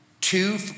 Two